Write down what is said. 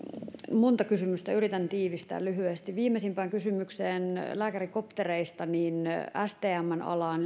monta kysymystä yritän tiivistää lyhyesti viimeisimpään kysymykseen lääkärikoptereista tämä liittyy vahvasti stmn alaan